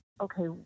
okay